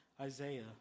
Isaiah